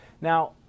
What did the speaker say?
Now